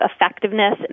effectiveness